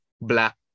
Black